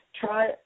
try